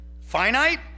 Finite